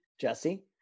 jesse